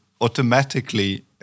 automatically